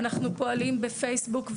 אנחנו פועלים בפייסבוק,